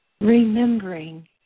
Remembering